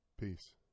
Peace